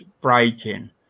breaking